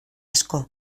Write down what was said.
asko